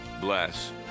bless